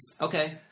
Okay